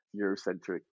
eurocentric